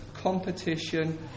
competition